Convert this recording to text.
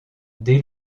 dès